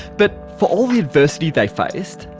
but for all the adversity they faced,